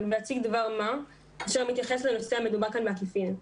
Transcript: ואציג דבר מה שמתייחס לנושא המדובר כאן בעקיפין.